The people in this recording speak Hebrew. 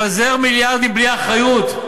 לפזר מיליארדים בלי אחריות,